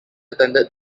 attended